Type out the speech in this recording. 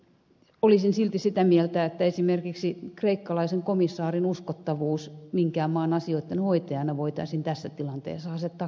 olisin silti sitä mieltä että esimerkiksi kreikkalaisen komissaarin uskottavuus minkään maan asioitten hoitajana voitaisiin tässä tilanteessa asettaa kyseenalaiseksi